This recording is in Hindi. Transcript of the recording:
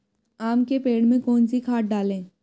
आम के पेड़ में कौन सी खाद डालें?